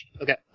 Okay